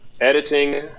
editing